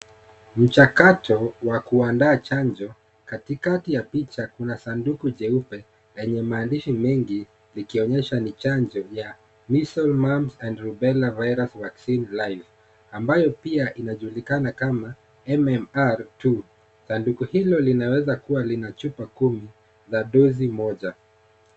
Mchakato, wa kuandaa chanjo, katikati ya picha kuna sanduku jeupe, lenye maandishi mengi likionyesha ni chanjo ya,(cs)missle numb and robella virus vaccine live(cs), ambayo pia inajulikana kama MMR2,sanduku hilo lonaweza kuwa lina chupa kumi za dozi moja.